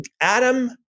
Adam